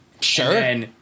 Sure